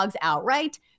outright